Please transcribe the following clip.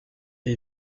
est